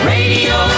Radio